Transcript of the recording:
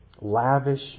lavish